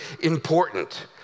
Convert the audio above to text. important